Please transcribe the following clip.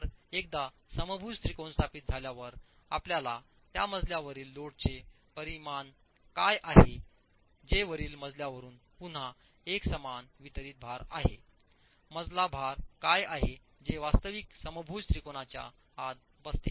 तर एकदा समभुज त्रिकोण स्थापित झाल्यावर आपल्याला त्या मजल्यावरील लोडचे परिमाण काय आहे जे वरील मजल्यावरून पुन्हा एक समान वितरित भार आहे मजला भार काय आहे जे वास्तविक समभुज त्रिकोणाच्या आत बसते